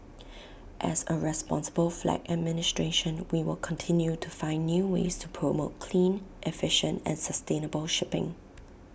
as A responsible flag administration we will continue to find new ways to promote clean efficient and sustainable shipping